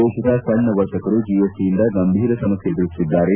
ದೇತದ ಸಣ್ಣ ವರ್ತಕರು ಜಿಎಸ್ಟಿಯಿಂದ ಗಂಭೀರ ಸಮಸ್ಥೆ ಎದುರಿಸುತ್ತಿದ್ದಾರೆ